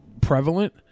prevalent